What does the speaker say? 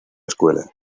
escuela